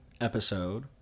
episode